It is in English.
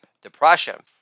depression